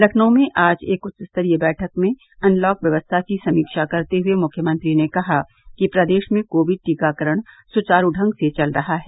लखनऊ में आज एक उच्चस्तरीय बैठक में अनलॉक व्यवस्था की समीक्षा करते हुए मुख्यमंत्री ने कहा कि प्रदेश में कोविड टीकाकरण सुचारु ढंग से चल रहा है